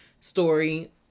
story